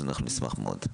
אנחנו נשמח מאוד.